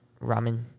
ramen